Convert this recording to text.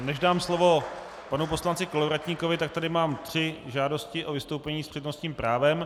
Než dám slovo panu poslanci Kolovratníkovi, tak tady mám tři žádosti o vystoupení s přednostním právem.